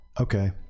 okay